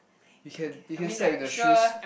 you can you can step in the shoes